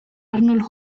arnold